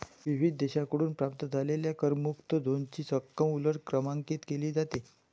विविध देशांकडून प्राप्त झालेल्या करमुक्त झोनची रक्कम उलट क्रमांकित केली जाते